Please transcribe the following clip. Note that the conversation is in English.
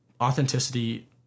authenticity